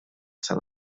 tan